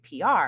PR